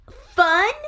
fun